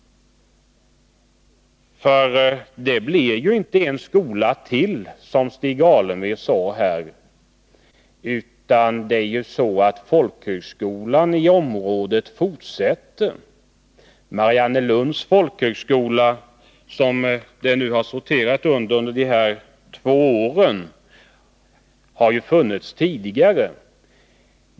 Det blir ju inte en skola till i området som Stig Alemyr påstod. Folkhögskolan har hela tiden funnits i området och fortsätter sin verksamhet. Mariannelunds folkhögskola, som Viebäck dessa två år sorterat under, har ju också funnits tidigare.